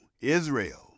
Israel